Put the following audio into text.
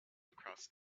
across